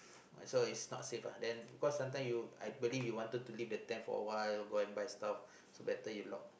so it's not safe lah then because sometimes you I believe you wanted to leave the tent for a while go and buy stuffs so it's better you lock